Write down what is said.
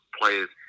players